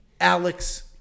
Alex